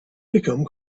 become